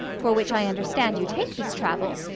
for which i understand you take this travel,